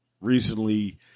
recently